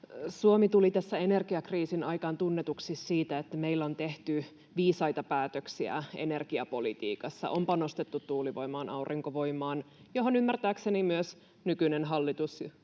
Suomi tuli tässä energiakriisin aikaan tunnetuksi siitä, että meillä on tehty viisaita päätöksiä energiapolitiikassa, kun on panostettu tuulivoimaan ja aurinkovoimaan, ja ymmärtääkseni myös nykyinen hallitus